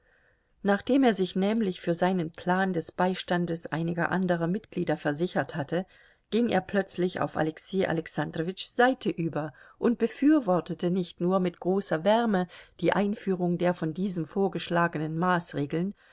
nachdem er sich nämlich für seinen plan des beistandes einiger anderer mitglieder versichert hatte ging er plötzlich auf alexei alexandrowitschs seite über und befürwortete nicht nur mit großer wärme die einführung der von diesem vorgeschlagenen maßregeln